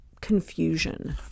confusion